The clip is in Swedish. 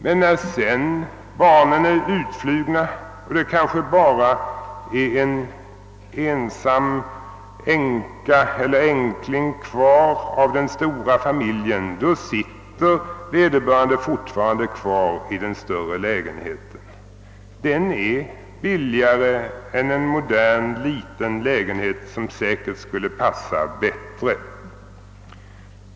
Men när sedan barnen är utflugna och det kanske bara är en ensam änka eller änkling kvar av den stora familjen, då sitter vederbörande fortfarande kvar i den stora lägenheten, ty den är Billigare än en modern liten lägenhet som säkert skulle passa bättre.